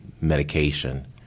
medication